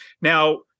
Now